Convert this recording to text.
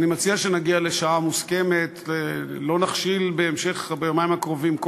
אני מציע שנגיע לשעה מוסכמת ולא נכשיל ביומיים הקרובים כל